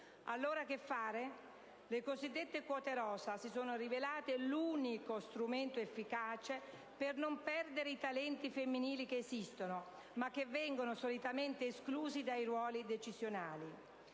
Allora che fare? Le cosiddette quote rosa si sono rivelate l'unico strumento efficace per non perdere i talenti femminili che esistono, ma che vengono solitamente esclusi dai ruoli decisionali.